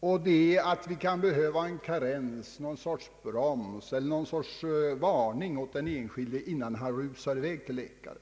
och det är att det kan behövas någon form av karens, någon sorts broms eller någon sorts varning åt den enskilde, innan han rusar i väg till läkare.